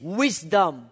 wisdom